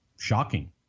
shocking